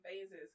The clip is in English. phases